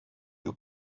you